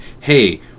hey